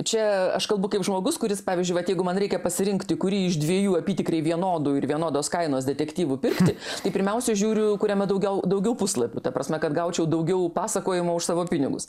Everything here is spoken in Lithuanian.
čia aš kalbu kaip žmogus kuris pavyzdžiui vat jeigu man reikia pasirinkti kurį iš dviejų apytikriai vienodų ir vienodos kainos detektyvų pirkti tai pirmiausia žiūriu kuriame daugiau daugiau puslapių ta prasme kad gaučiau daugiau pasakojimo už savo pinigus